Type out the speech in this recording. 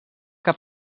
que